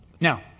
now